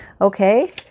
okay